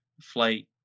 flight